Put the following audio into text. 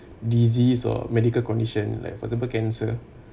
disease or medical conditions like for example cancer